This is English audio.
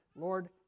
Lord